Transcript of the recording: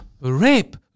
Rape